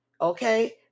okay